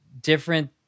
Different